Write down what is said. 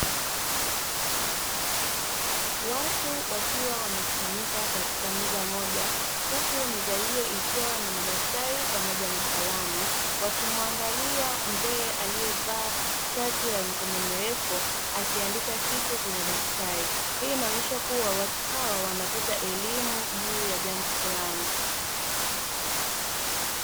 Watu wakiwa wamekusanyika katika meza moja, huku meza hiyo ikiwa na madaftari pamoja na kalamu wakimuangalia mzee aliyevaa shati la mikono mirefu, akiandika kitu kwenye daftari hii inaonyesha kuwa watu hawa wanapata elimu juu ya jambo fulani.